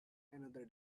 another